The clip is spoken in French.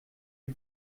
lui